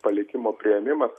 palikimo priėmimas